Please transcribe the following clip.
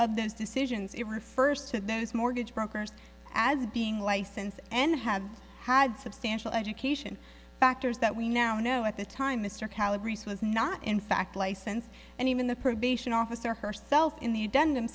those decisions it refers to those mortgage brokers as being licensed and have had substantial education factors that we now know at the time mr calibers was not in fact licensed and even the probation officer herself in the